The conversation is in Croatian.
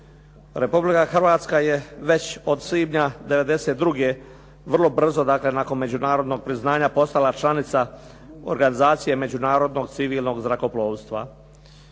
Republika Hrvatska je već od svibnja 92. vrlo brzo dakle nakon međunarodnog priznanja postala članica Organizacije međunarodnog civilnog zrakoplovstva.